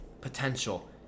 potential